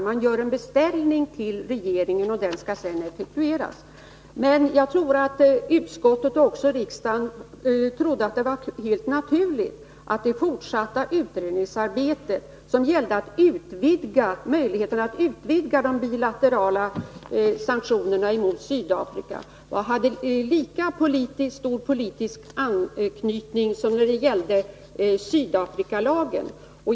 Riksdagen gör en beställning till regeringen, och den beställningen skall sedan effektueras. Men jag tror att utskottet och även riksdagen ansåg att det var helt naturligt att det fortsatta utredningsarbetet, som gällde möjligheterna att utvidga de bilaterala sanktionerna mot Sydafrika, hade lika stor politisk anknytning som när det gällde Sydafrikalagen.